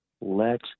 Let